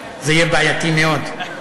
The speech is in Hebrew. זה יהיה בעייתי מאוד.